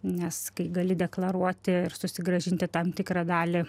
nes kai gali deklaruoti ir susigrąžinti tam tikrą dalį